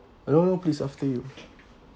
no no please after you